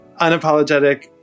unapologetic